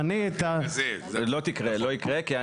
זה לא יקרה.